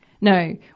No